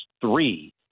three